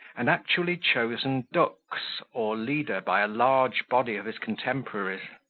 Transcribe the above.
and actually chosen dux, or leader, by a large body of his contemporaries.